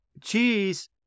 cheese